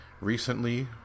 recently